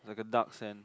like a dark sand